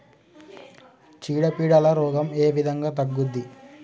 చీడ పీడల రోగం ఏ విధంగా తగ్గుద్ది?